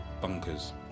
bunkers